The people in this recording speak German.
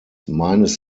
meines